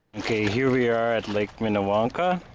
okay, here we are at lake minnewanka.